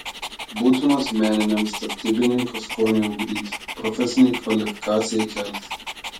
būtinos meniniam statybininko skoniui ugdyti profesinei kvalifikacijai kelti